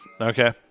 Okay